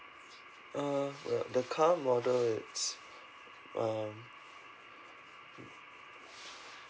uh the the car model is um